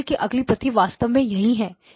signal की अगली प्रति वास्तव में यही है